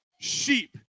sheep